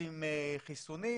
ועושים חיסונים,